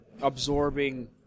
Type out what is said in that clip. absorbing